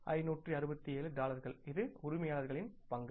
40567 டாலர்கள் இது உரிமையாளரின் பங்கு